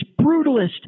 brutalist